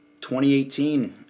2018